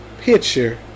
picture